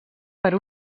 per